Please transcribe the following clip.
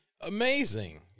Amazing